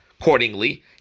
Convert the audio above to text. Accordingly